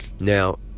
Now